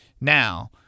Now